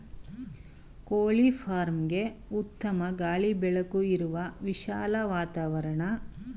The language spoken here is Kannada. ಕೋಳಿ ಫಾರ್ಮ್ಗೆಗೆ ಉತ್ತಮ ಗಾಳಿ ಬೆಳಕು ಇರುವ ವಿಶಾಲ ವಾತಾವರಣ ಬೇಕು